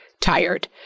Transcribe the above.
tired